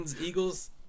Eagles